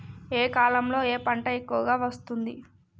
ఏ కాలంలో ఏ పంట ఎక్కువ వస్తోంది?